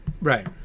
right